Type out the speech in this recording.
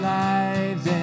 lives